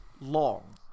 long